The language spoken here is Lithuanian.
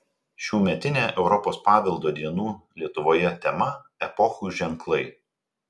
šiųmetinė europos paveldo dienų lietuvoje tema epochų ženklai